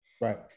right